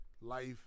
life